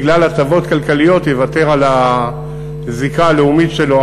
בגלל הטבות כלכליות יוותר על הזיקה הלאומית שלו,